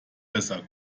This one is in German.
besser